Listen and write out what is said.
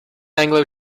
anglo